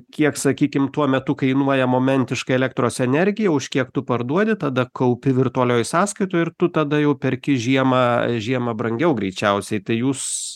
kiek sakykim tuo metu kainuoja momentiškai elektros energija už kiek tu parduodi tada kaupi virtualioj sąskaitoj ir tu tada jau perki žiemą žiemą brangiau greičiausiai tai jūs